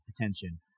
attention